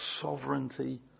sovereignty